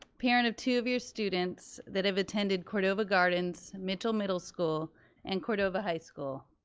parent of two of your students that have attended cordova gardens, mitchell middle school and cordova high school.